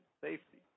safety